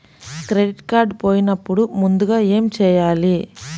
Credit card పోయినపుడు ముందుగా ఏమి చేయాలి?